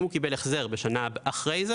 אם הוא קיבל אחרי בשנה שאחרי כן